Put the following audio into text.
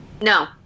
No